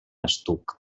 estuc